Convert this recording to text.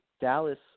Dallas